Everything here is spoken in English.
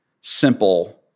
simple